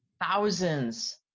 thousands